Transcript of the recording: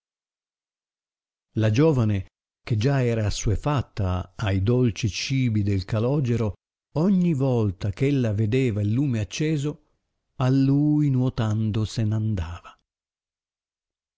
la giovane che già era assuefatta a i dolci cibi del calogero ogni volta eh ella vedeva il lume acceso a lui nuotando se n andava